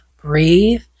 breathe